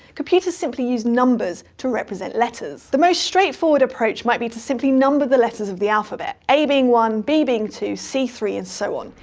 computers simply use numbers to represent letters. the most straightforward approach might be to simply number the letters of the alphabet a being one, b being two, c three, and so on.